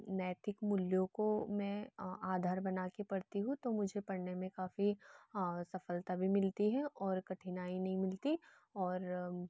नैतिक मूल्यों को मैं आधार बना कर पढ़ती हूँ तो मुझे पढ़ने में काफ़ी सफलता भी मिलती है और कठिनाई नहीं मिलती और